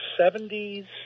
70s